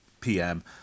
pm